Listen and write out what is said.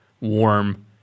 warm